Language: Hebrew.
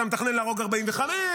אתה מתכנן להרוג 45,